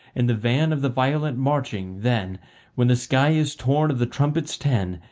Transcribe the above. in the van of the violent marching, then when the sky is torn of the trumpets ten,